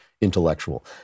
intellectual